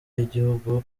y’igihugu